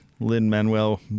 Lin-Manuel